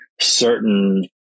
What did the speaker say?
certain